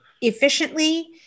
efficiently